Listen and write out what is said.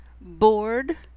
Bored